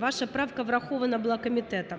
Ваша правка врахована була комітетом,